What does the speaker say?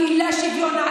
המילה "שוויון",